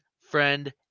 friend